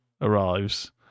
arrives